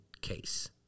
case